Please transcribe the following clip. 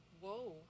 Whoa